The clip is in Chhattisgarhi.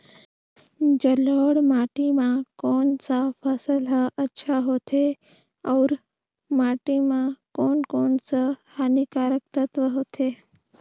जलोढ़ माटी मां कोन सा फसल ह अच्छा होथे अउर माटी म कोन कोन स हानिकारक तत्व होथे?